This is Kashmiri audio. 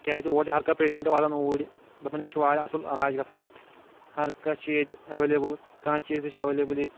کیٛازِ اور چھِ ہِر کانٛہہ پیشَنٹ واتان اوٗرۍ دَپان ییٚتہِ چھُ واریاہ اَصٕل علاج گژھان ہَر کانٛہہ چھِ ییٚتہِ اٮ۪وٮ۪لیبٕل کانٛہہ چیٖز چھِ اٮ۪وٮ۪لیبٕل ییٚتہِ